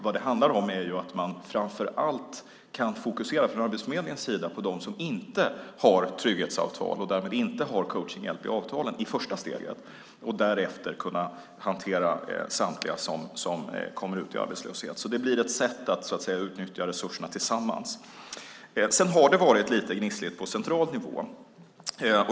Vad det handlar om är att man från Arbetsförmedlingens sida framför allt kan fokusera på dem som inte har trygghetsavtal och därmed inte har coachningshjälp i avtalen i första steget och därefter hantera samtliga som kommer ut i arbetslöshet. Det blir ett sätt att utnyttja resurserna tillsammans. Sedan har det varit lite gnissligt på central nivå.